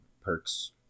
Perks